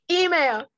email